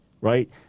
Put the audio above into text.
right